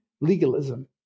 legalism